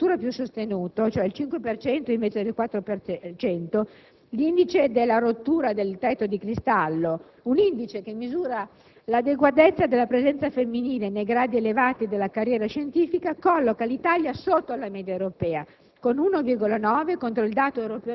con un tasso di incremento addirittura più sostenuto (il 5 per cento invece del 4 per cento), l'indice della «rottura del tetto di cristallo», che misura l'adeguatezza della presenza femminile nei gradi elevati della carriera scientifica, colloca l'Italia sotto la media europea